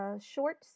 short